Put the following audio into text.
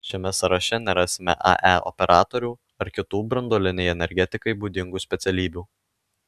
šiame sąraše nerasime ae operatorių ar kitų branduolinei energetikai būdingų specialybių